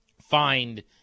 find